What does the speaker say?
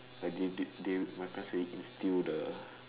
I did it my friend say he steal the